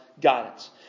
guidance